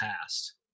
past